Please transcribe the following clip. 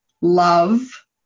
love